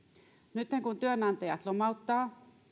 nytten kun työnantajat lomauttavat